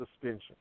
suspension